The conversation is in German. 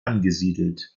angesiedelt